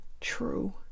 true